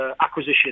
acquisition